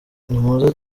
nimuze